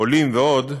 עולים ועוד,